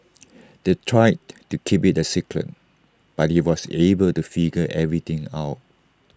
they tried to keep IT A secret but he was able to figure everything out